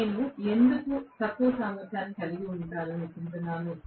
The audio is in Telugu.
నేను ఎందుకు తక్కువ సామర్థ్యాన్ని కలిగి ఉండాలనుకుంటున్నాను